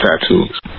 tattoos